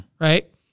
Right